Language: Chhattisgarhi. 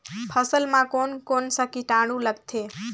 फसल मा कोन कोन सा कीटाणु लगथे?